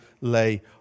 lay